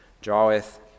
draweth